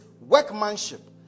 workmanship